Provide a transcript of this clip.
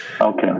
Okay